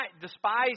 despise